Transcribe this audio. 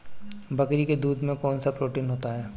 बकरी के दूध में कौनसा प्रोटीन होता है?